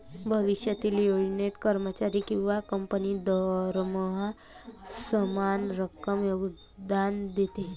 भविष्यातील योजनेत, कर्मचारी किंवा कंपनी दरमहा समान रक्कम योगदान देते